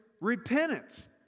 Repentance